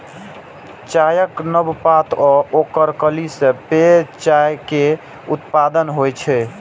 चायक नव पात आ ओकर कली सं पेय चाय केर उत्पादन होइ छै